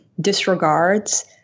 disregards